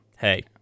Hey